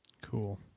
Cool